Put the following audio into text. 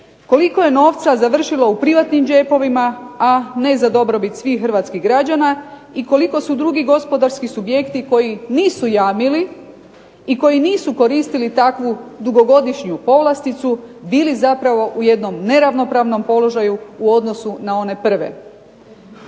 Koliko je novca završilo u privatnim džepovima, a ne za dobrobit svih hrvatskih građana i koliko su drugi gospodarski subjekti koji nisu jamili i koji nisu koristili takvu dugogodišnju povlasticu, bili zapravo u jednom neravnopravnom položaju u odnosu na one prve.